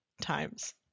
times